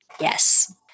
Yes